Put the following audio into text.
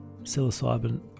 psilocybin